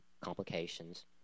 complications